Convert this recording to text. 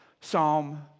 Psalm